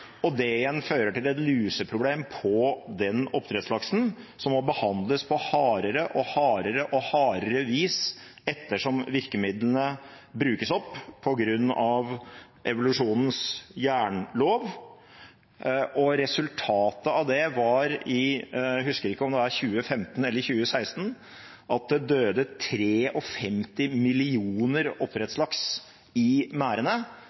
igjen fører til et luseproblem på den oppdrettslaksen som må behandles på hardere og hardere vis etter som virkemidlene brukes opp på grunn av evolusjonens jernlov. Resultatet av det var at i – jeg husker ikke sikkert – 2015 eller 2016 døde 53 millioner oppdrettslaks i